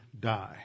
die